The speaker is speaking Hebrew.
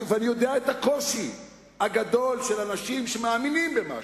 ואני יודע את הקושי הגדול של אנשים שמאמינים במשהו,